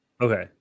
Okay